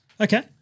Okay